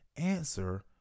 answer